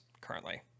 currently